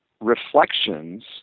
reflections